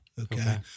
okay